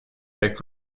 avec